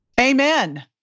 Amen